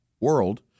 world